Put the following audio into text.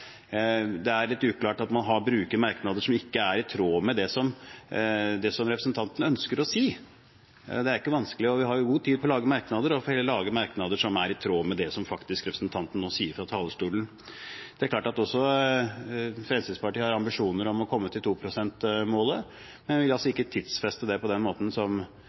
Det er litt uklart at man bruker merknader som ikke er i tråd med det som representanten ønsker å si. Det er ikke vanskelig, og vi har jo god tid på å lage merknader. Man får heller lage merknader som er i tråd med det som representanten faktisk sier fra talerstolen. Det er klart at også Fremskrittspartiet har ambisjoner om å komme til 2 pst.-målet, men vi vil altså ikke tidfeste det på den måten som